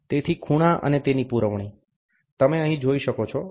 તેથી ખૂણા અને તેની પૂરવણી તમે અહીં જોઈ શકો છો